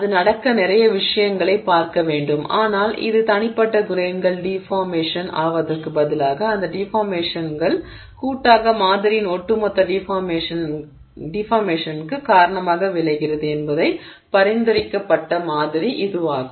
இது நடக்க நிறைய விஷயங்களைப் பார்க்க வேண்டும் ஆனால் இது தனிப்பட்ட கிரெய்ன்கள் டிஃபார்மேஷன் ஆவதற்குப் பதிலாக அந்த டிஃபார்மேஷன்கள் கூட்டாக மாதிரியின் ஒட்டுமொத்த டிஃபார்மேஷன்க்குக் காரணமாக விளைகிறது என்பதைப் பரிந்துரைக்கப்பட்ட மாதிரி இதுவாகும்